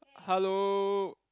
hello